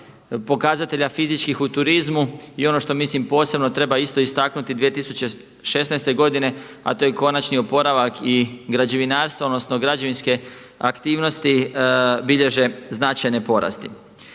pokazatelja fizičkih u turizmu i ono što mislim posebno treba isto istaknuti 2016. godine, a to je konačni oporavak i građevinarstva odnosno građevinske aktivnosti bilježe značajne porasti.